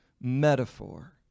metaphor